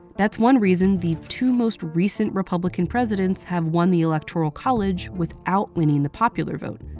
that's one reason the two most recent republican presidents have won the electoral college without winning the popular vote.